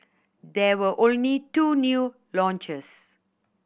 there were only two new launches